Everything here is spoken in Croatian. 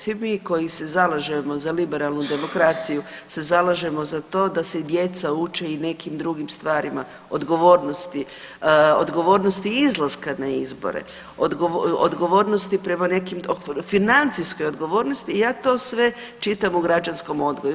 Svi mi koji se zalažemo za liberalnu demokraciju se zalažemo za to da se i djeca uče i nekim drugim stvarima, odgovornosti, odgovornosti izlaska na izbore, odgovornosti prema nekim, financijskoj odgovornosti i ja to sve čitam u građanskom odgoju.